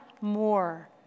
more